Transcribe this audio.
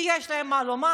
כי יש להם מה לומר,